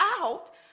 out